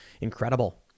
Incredible